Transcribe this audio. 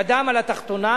ידם על התחתונה.